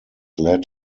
led